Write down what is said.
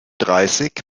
dreißig